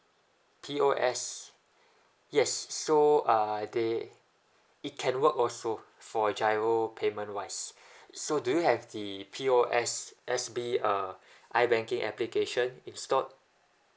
P_O_S_B yes so uh they it can work also for G_I_R_O payment wise so do you have the P_O_S_B uh ibanking application installed